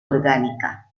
orgánica